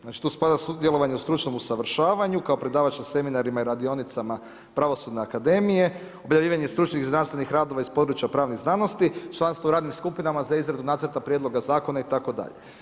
Znači, tu spada djelovanje u stručnom usavršavanju, kao predavač na seminarima i radionicama pravosudne akademije, objavljivanje stručnih i znanstvenih radova iz područja pravnih znanosti, članstvo u radnim skupinama za izradu nacrta prijedloga zakona itd.